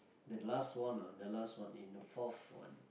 the last one ah the last one eh the fourth one